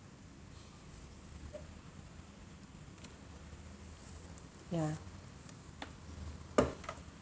ya